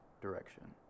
direction